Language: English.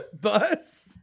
Bus